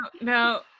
no